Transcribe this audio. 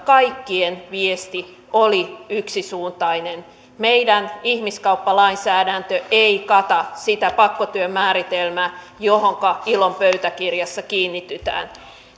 kaikkien viesti oli yksisuuntainen meidän ihmiskauppalainsäädäntö ei kata sitä pakkotyön määritelmää johonka ilon pöytäkirjassa kiinnitytään